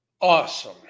awesome